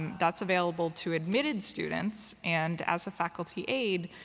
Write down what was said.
that's available to admitted students. and as a faculty aide,